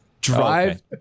Drive